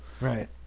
Right